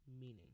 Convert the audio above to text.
Meaning